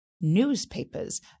Newspapers